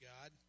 God